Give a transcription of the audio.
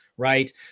Right